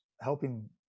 helping